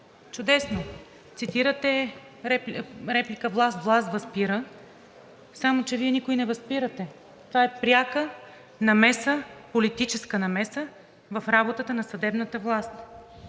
чудесно, цитирате реплика: „Власт власт възпира“, само че Вие никого не възпирате. Това е пряка намеса, политическа намеса в работата на съдебната власт.